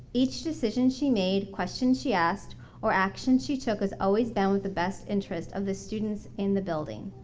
each decision she made, questions she asked or actions she took has always been with the best interest of the students in the building.